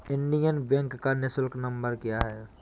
Indian Bank का निःशुल्क number क्या है?